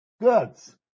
goods